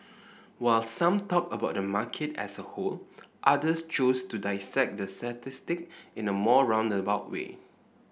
while some talked about the market as a whole others chose to dissect the statistic in a more roundabout way